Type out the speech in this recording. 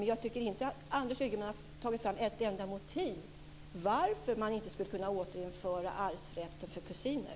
Men jag tycker inte att Anders Ygeman har tagit fram ett enda motiv till varför man inte skulle kunna återinföra arvsrätten för kusiner.